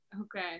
okay